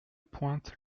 pointe